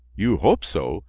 you hope so!